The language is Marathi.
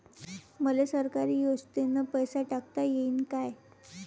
मले सरकारी योजतेन पैसा टाकता येईन काय?